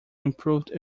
improved